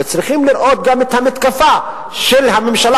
וצריכים לראות גם את המתקפה של הממשלה